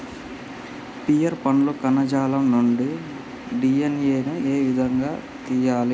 Pear పండ్ల కణజాలం నుండి డి.ఎన్.ఎ ను ఏ విధంగా తియ్యాలి?